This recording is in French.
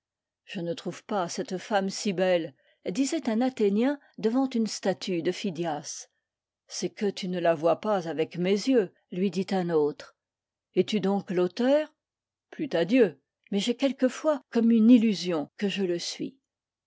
je ne trouve pas cette femme si belle disait un athénien devant une statue de phidias c'est que tu ne la vois pas avec mes yeux lui dit un autre es-tu donc l'auteur plût à dieu mais j'ai quelquefois comme une illusion que je le suis